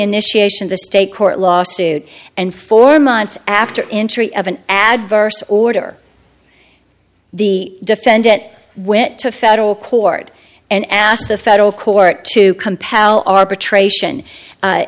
initiation the state court lawsuit and four months after interest of an adverse order the defendant went to federal court and asked the federal court to compel arbitration